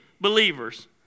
believers